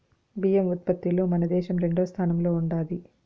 బియ్యం ఉత్పత్తిలో మన దేశం రెండవ స్థానంలో ఉండాది